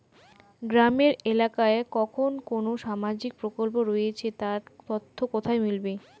গ্রামের এলাকায় কখন কোন সামাজিক প্রকল্প রয়েছে তার তথ্য কোথায় মিলবে?